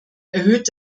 erhöht